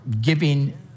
giving